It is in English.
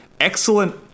excellent